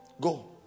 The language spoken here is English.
Go